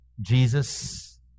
Jesus